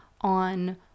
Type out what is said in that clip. on